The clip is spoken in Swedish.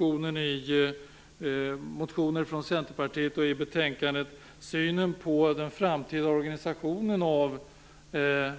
I motioner från Centerpartiet och i betänkandet har vi också tagit upp synen på den framtida organisationen av